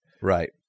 Right